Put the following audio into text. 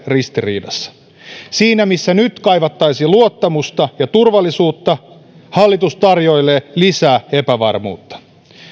ristiriidassa siinä missä nyt kaivattaisiin luottamusta ja turvallisuutta hallitus tarjoileekin vain lisää epävarmuutta